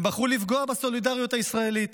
הם בחרו לפגוע בסולידריות הישראלית.